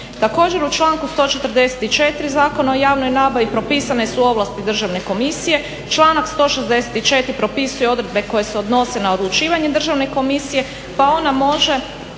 Također, u članku 144. Zakona o javnoj nabavi propisane su ovlasti Državne komisije, članak 164. propisuje odredbe koje se odnose na odlučivanje Državne komisije pa ona može